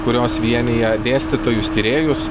kurios vienija dėstytojus tyrėjus